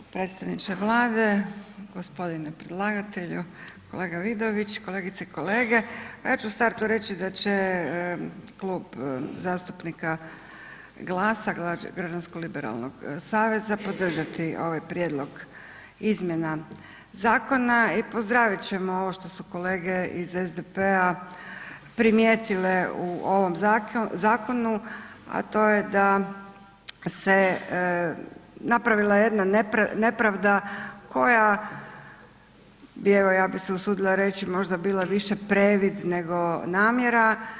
Predstavniče Vlade, gospodine predlagatelju, kolega Vidović, kolegice i kolege, ja ću u startu reći da će Klub zastupnika GLAS-a, Građansko liberalnog saveza podržati ovaj prijedlog izmjena zakona i pozdravit ćemo ovo što su kolege iz SDP-a primijetile u ovom zakonu, a to je da se napravila jedna nepravda koja bi evo ja bi se usudila reći možda bila više previd nego namjera.